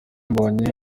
mbonyi